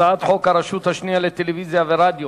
הצעת חוק הרשות השנייה לטלוויזיה ורדיו